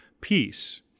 peace